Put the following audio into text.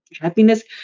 happiness